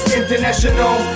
international